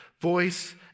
voice